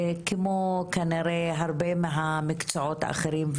כמו כנראה הרבה מהמקצועות האחרים,